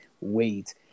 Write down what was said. wait